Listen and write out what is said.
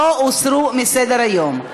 לא הוסרו מסדר-היום.